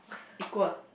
equal